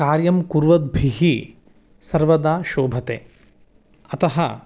कार्यं कुर्वद्भिः सर्वदा शोभते अतः